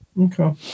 Okay